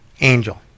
angel